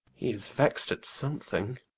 he is vex'd at something.